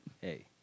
hey